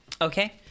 Okay